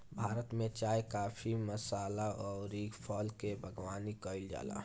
भारत में चाय, काफी, मसाला अउरी फल के बागवानी कईल जाला